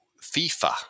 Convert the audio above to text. FIFA